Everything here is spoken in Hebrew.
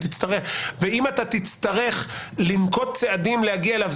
ואם תצטרך לנקוט צעדים להגיע אליו,